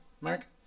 Mark